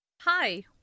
Hi